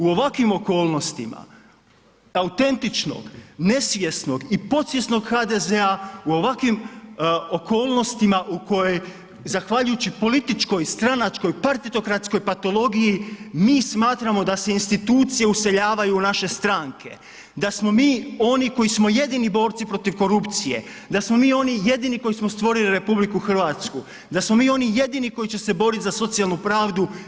U ovakvim okolnostima autentičnog, nesvjesnog i podsvjesnog HDZ, u ovakvim okolnostima u kojoj zahvaljujući političkoj, stranačkoj, partitokratskoj patologiji mi smatramo da se institucije useljavaju u naše stranke, da smo mi oni koji smo jedini borci protiv korupcije, da smo mi oni jedini koji smo stvorili RH, da smo mi oni jedini koji će se boriti za socijalnu pravdu.